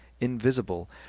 invisible